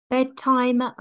Bedtime